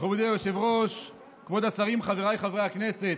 מכובדי היושב-ראש, כבוד השרים, חבריי חברי הכנסת,